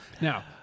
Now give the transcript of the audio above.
Now